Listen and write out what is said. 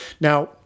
Now